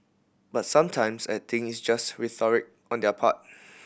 but sometimes I think it's just rhetoric on their part